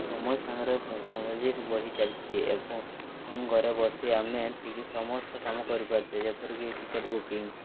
ସମୟ ସାଙ୍ଗରେ ଟେକ୍ନୋଲୋଜି ବଢ଼ି ଚାଲିଛି ଏବଂ ଘରେ ବସି ଆମେ ଟିକିଏ ସମସ୍ତ କାମ କରିପାରୁଛେ ଯେପରିକି ଟିକେଟ୍ ବୁକିଂ